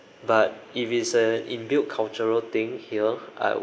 but if it's a inbuilt cultural thing here I